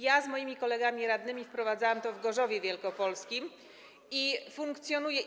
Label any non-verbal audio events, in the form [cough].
Ja z moimi kolegami radnymi [applause] wprowadzałam to w Gorzowie Wielkopolskim i to funkcjonuje.